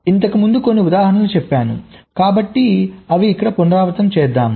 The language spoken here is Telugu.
నేను ఇంతకు ముందు కొన్ని ఉదాహరణలు చెప్పాను కాబట్టి ఇక్కడ పునరావృతం చేద్దాం